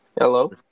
hello